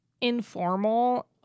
informal